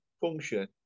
function